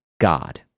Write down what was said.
God